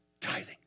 Tithing